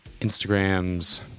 Instagrams